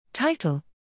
Title